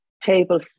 table